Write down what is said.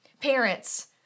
Parents